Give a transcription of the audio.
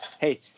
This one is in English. hey